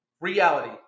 Reality